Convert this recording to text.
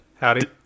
Howdy